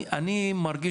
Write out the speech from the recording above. אני מרגיש